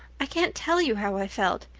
i can't tell you how i felt.